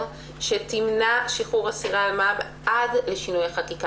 שימנע שחרור אסירי אלמ"ב עד לשינוי החקיקה?